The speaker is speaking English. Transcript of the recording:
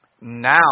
Now